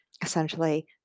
Essentially